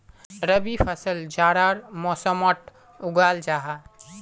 रबी फसल जाड़ार मौसमोट उगाल जाहा